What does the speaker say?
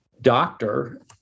doctor